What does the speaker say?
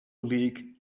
league